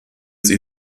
sie